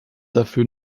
dafür